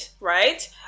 right